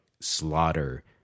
Slaughter